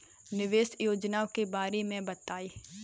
निवेश योजना के बारे में बताएँ?